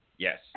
Yes